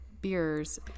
beers